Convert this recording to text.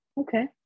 Okay